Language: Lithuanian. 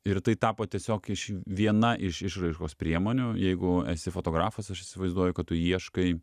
ir tai tapo tiesiog iš viena iš išraiškos priemonių jeigu esi fotografas aš įsivaizduoju kad tu ieškai